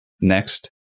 next